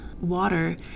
water